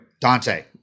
Dante